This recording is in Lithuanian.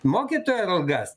mokytojų algas